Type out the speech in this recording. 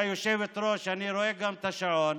היושבת-ראש, אני גם רואה את השעון,